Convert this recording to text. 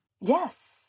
Yes